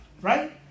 right